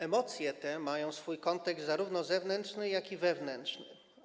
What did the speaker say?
Emocje te mają swój kontekst zarówno zewnętrzny, jak i wewnętrzny.